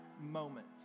moment